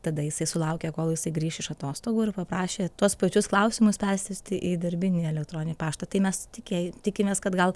tada jisai sulaukė kol jisai grįš iš atostogų ir paprašė tuos pačius klausimus persiųsti į darbinį elektroninį paštą tai mes tikėj tikimės kad gal